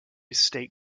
state